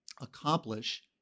accomplish